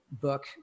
book